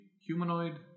humanoid